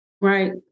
Right